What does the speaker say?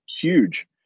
huge